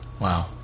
Wow